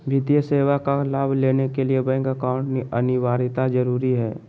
वित्तीय सेवा का लाभ लेने के लिए बैंक अकाउंट अनिवार्यता जरूरी है?